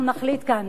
אנחנו נחליט כאן.